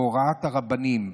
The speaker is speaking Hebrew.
בהוראת הרבנים.